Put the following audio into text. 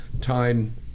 time